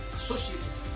associated